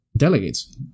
Delegates